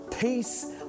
peace